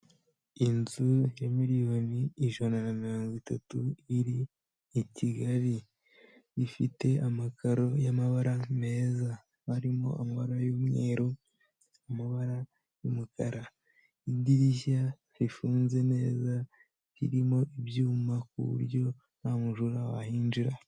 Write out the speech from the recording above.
Inzu ya miliyoni ijana na mirongo itatu, iri i Kigali, ifite amakaro y'amabara meza, arimo amara y'umweru, amabara y'umukara, idirishya rifunze neza ririmo ibyuma ku buryo nta mujura wahinjira.